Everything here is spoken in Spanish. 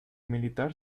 militar